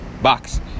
box